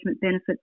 benefits